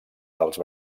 dels